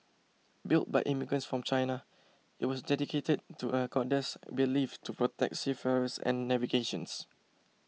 built by immigrants from China it was dedicated to a goddess believed to protect seafarers and navigations